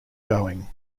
going